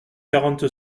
quarante